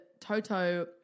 Toto